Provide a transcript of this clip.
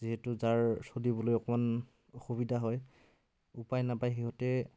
যিহেতু যাৰ চলিবলৈ অকণমান অসুবিধা হয় উপায় নাপাই সিহঁতে